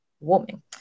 warming